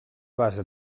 basa